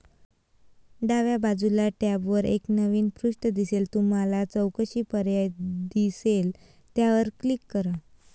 डाव्या बाजूच्या टॅबवर एक नवीन पृष्ठ दिसेल तुम्हाला चौकशी पर्याय दिसेल त्यावर क्लिक करा